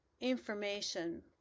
information